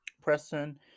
preston